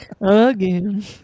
Again